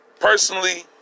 Personally